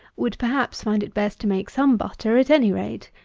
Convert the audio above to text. would, perhaps, find it best to make some butter at any rate.